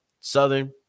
Southern